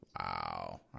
Wow